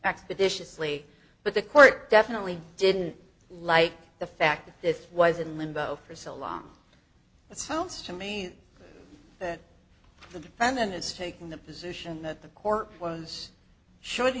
expeditiously but the court definitely didn't like the fact that this was in limbo for so long it sounds to me that the defendant is taking the position that the court ones sho